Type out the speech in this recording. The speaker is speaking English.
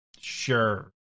sure